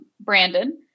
Brandon